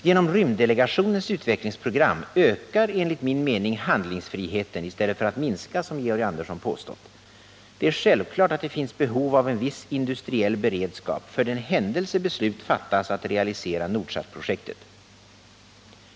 Genom rymddelegationens utvecklingsprogram ökar enligt min mening handlingsfriheten i stället för att minska, som Georg Andersson påstått. Det är självklart att det finns behov av en viss industriell beredskap för den händelse beslut fattas att realisera Nordsatprojektet.